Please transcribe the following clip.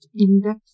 Index